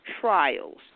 trials